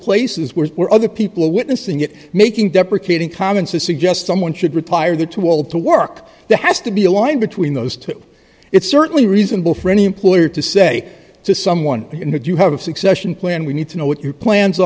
places were other people witnessing it making deprecating comments to suggest someone should retire to old to work there has to be a line between those two it's certainly reasonable for any employer to say to someone in that you have a succession plan we need to know what your plans